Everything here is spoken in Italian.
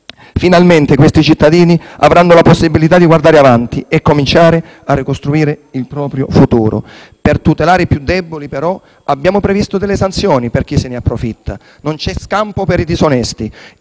Finalmente questi cittadini avranno la possibilità di guardare avanti e cominciare a ricostruire il proprio futuro. Per tutelare i più deboli, però, abbiamo previsto delle sanzioni per chi se ne approfitta. Non c'è scampo per i disonesti.